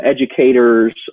educators